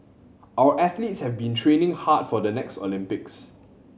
our athletes have been training hard for the next Olympics